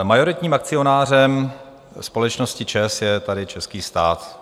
Majoritním akcionářem společnosti ČEZ je tady český stát.